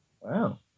Wow